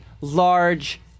large